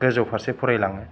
गोजौ फारसे फरायलाङो